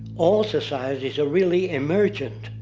all societies are really emergent,